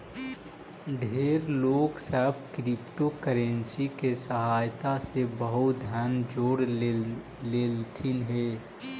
ढेर लोग सब क्रिप्टोकरेंसी के सहायता से बहुत धन जोड़ लेलथिन हे